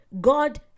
God